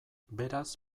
beraz